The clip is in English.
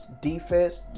Defense